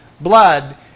blood